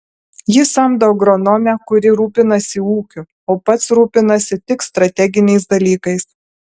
jis samdo agronomę kuri rūpinasi ūkiu o pats rūpinasi tik strateginiais dalykais